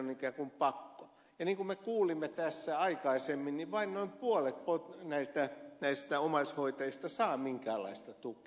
niin kuin me kuulimme tässä aikaisemmin niin vain noin puolet näistä omaishoitajista saa minkäänlaista tukea